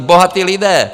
Bohatí lidé!